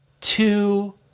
two